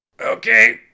Okay